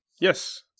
Yes